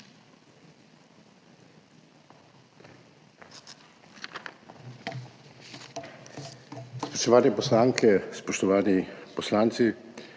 spoštovani poslanci!